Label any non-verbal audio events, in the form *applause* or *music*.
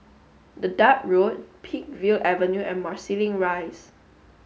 *unintelligible* Dedap Road Peakville Avenue and Marsiling Rise